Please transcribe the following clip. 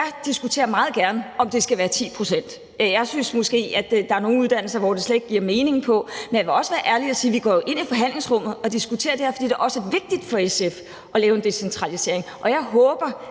Jeg diskuterer meget gerne, om det skal være 10 pct. Jeg synes, at der måske er nogle uddannelser, hvor det slet ikke giver mening. Men jeg vil også være ærlig og sige, at vi jo går ind i forhandlingsrummet og diskuterer det her, fordi det også er vigtigt for SF at lave en decentralisering. Jeg håber,